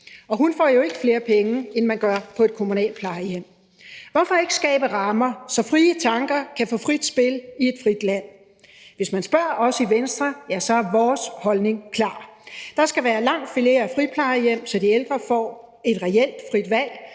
hun får jo ikke flere penge, end man gør på et kommunalt plejehjem. Hvorfor ikke skabe rammer, så frie tanker kan få frit spil i et frit land? Hvis man spørger os i Venstre, er vores holdning klar: Der skal være langt flere friplejehjem, så de ældre får et reelt frit valg